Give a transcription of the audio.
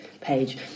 page